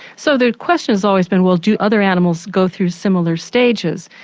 so the question has always been well do other animals go through similar stages.